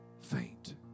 faint